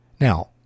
Now